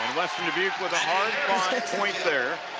western dubuque with a hard-fought point there.